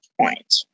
point